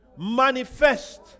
Manifest